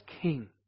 King